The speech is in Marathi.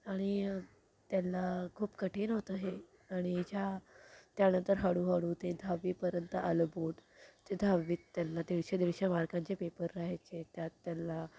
आणि त्यांना खूप कठीण होतं हे आणि ज्या त्यानंतर हळूहळू ते दहावीपर्यंत आलं बोर्ड ते दहावीत त्यांना दीडशे दीडशे मार्कांचे पेपर राहायचे त्यात त्यांना